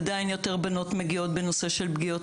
עדיין יותר בנות מגיעות בנושא של פגיעות